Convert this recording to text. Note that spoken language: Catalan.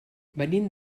venim